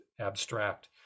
abstract